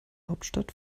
hauptstadt